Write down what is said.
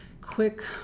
quick